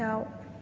दाउ